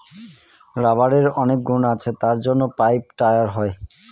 রাবারের অনেক গুণ আছে তার জন্য পাইপ, টায়ার হয়